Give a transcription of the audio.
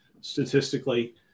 statistically